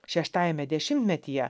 šeštajame dešimtmetyje